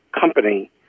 company